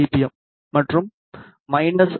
M மற்றும் minus 1